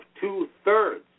two-thirds